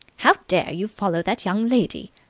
how dare you follow that young lady?